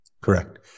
correct